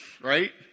right